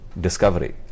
discovery